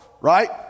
right